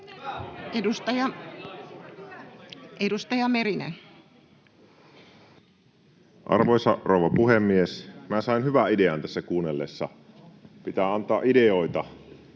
Content: Arvoisa rouva puhemies! Minä sain hyvän idean tässä kuunnellessa — pitää antaa ideoita